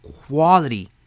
quality